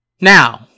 Now